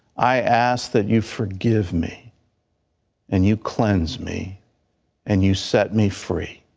i ask that you forgive me and you cleanse me and you set me free.